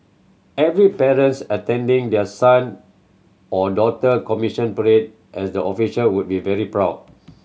every parents attending their son or daughter commissioning parade as the officer would be very proud